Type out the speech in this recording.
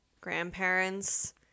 Grandparents